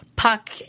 Puck